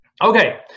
Okay